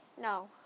No